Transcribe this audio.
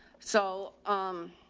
so, um,